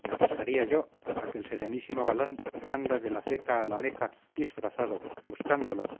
y apostaría yo a que el serenísimo galán anda de la ceca a la meca disfrazado buscándola